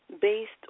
based